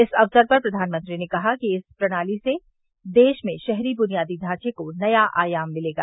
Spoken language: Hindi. इस अवसर पर प्रधानमंत्री ने कहा कि इस प्रणाली से देश में शहरी बुनियादी ढांचे को नया आयाम मिलेगा